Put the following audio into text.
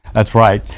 that's right.